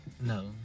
no